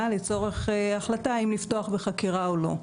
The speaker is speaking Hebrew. לצורך החלטה אם לפתוח בחקירה או לא,